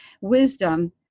wisdom